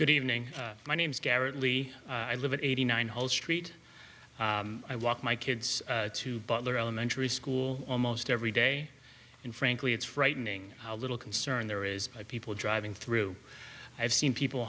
good evening my name is garrett lee i live at eighty nine whole street i walk my kids to butler elementary school almost every day and frankly it's frightening how little concern there is of people driving through i've seen people